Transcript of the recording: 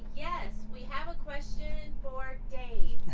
yes! we have a question for dave.